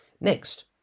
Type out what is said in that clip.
Next